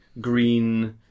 green